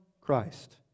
Christ